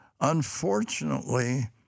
unfortunately